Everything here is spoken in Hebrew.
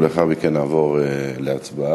ולאחר מכן נעבור להצבעה.